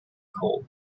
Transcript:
called